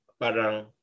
parang